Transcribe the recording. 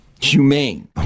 humane